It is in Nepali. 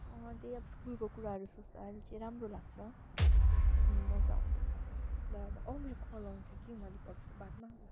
त्यही अब स्कुलको कुराहरू सोच्दा अहिले चाहिँ राम्रो लाग्छ मजा आउँदैछ ल ल औ मेरो कल आउँछ कि म अहिले गर्छु ल बादमा ल बाई